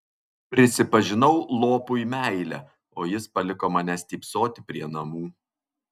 prisipažinau lopui meilę o jis paliko mane stypsoti prie namų